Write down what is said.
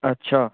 ਅੱਛਾ